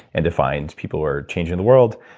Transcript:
and find people who are changing the world.